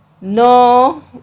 no